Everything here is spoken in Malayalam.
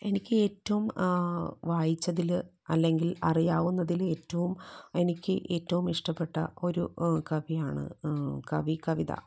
എനിക്ക് ഏറ്റവും വായിച്ചതില് അല്ലങ്കിൽ അറിയാവുന്നതില് ഏറ്റവും എനിക്ക് ഏറ്റവും ഇഷ്ടപ്പെട്ട ഒരു കവിയാണ് കവി കവിത